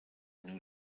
new